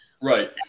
right